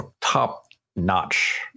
top-notch